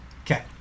Okay